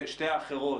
שתי האחרות,